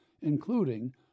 including